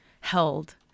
held